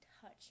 touch